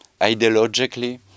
ideologically